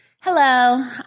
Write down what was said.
Hello